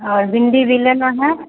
और भिंडी भी लेना है